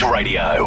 Radio